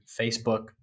Facebook